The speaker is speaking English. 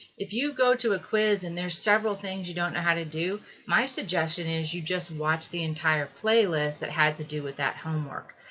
if you go to a quiz and there's several things you don't know how to do my suggestion is you just watch the entire playlist that had to do with that homework.